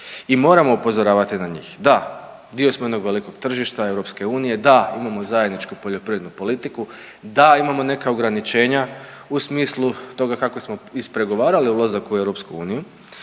i moramo upozoravati na njih. Da, dio smo jednog velikog tržišta EU, da, imamo zajedničku poljoprivrednu politiku, da, imamo neka ograničenja u smislu toga kako smo ispregovarali ulazak u EU, ali u